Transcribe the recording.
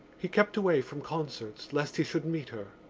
he kept away from concerts lest he should meet her.